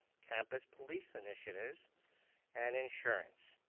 campus police initiatives and insurance.